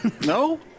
no